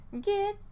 Get